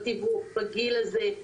בתיווך בגיל הזה,